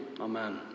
Amen